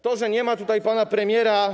To, że nie ma tutaj pana premiera.